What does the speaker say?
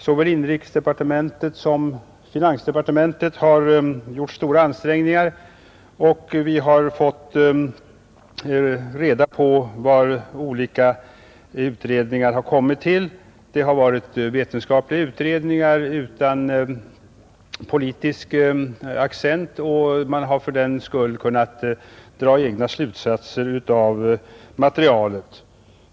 Såväl inrikesdepartementet som finansdepartementet har gjort stora ansträngningar, och vi har fått reda på vad olika utredningar har kommit fram till. Det har varit vetenskapliga utredningar utan politisk accent, och man har därför kunnat dra egna slutsater av materialet.